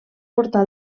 portar